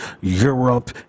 Europe